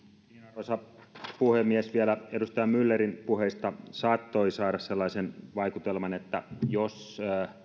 arvoisa puhemies vielä edustaja myllerin puheista saattoi saada sellaisen vaikutelman että jos